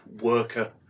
worker